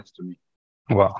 Wow